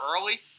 early